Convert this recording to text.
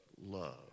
love